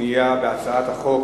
שנייה על הצעת חוק